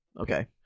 okay